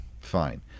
Fine